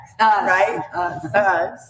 right